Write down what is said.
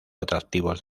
atractivos